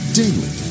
daily